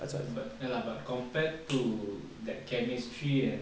but ya lah but compared to that chemistry and